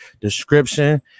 description